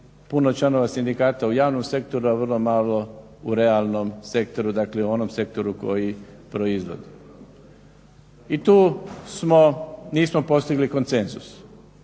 puno članova sindikata u javnom sektoru, a vrlo malo u realnom sektoru. Dakle, u onom sektoru koji proizvodi. I tu smo, nismo postigli konsenzus